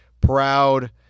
proud